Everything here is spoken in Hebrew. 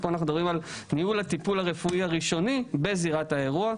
פה אנחנו מדברים על ניהול הטיפול הרפואי הראשוני בזירת האירוע.